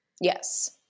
Yes